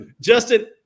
Justin